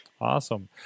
awesome